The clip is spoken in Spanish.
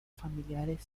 familiares